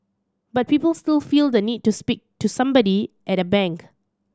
but people still feel the need to speak to somebody at a bank